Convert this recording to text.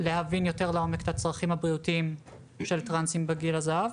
מנת להבין יותר לעומק את הצרכים המהותיים של טרנסים בגיל הזהב.